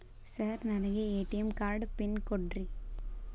Sir ನನಗೆ ATM card PIN ಕೊಡ್ರಿ?